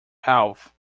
health